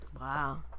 Wow